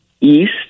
east